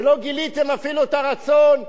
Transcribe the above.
כשלא גיליתם אפילו את הרצון המעט,